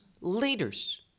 leaders